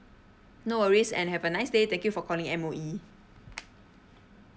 no worries and have a nice day thank you for calling M_O_E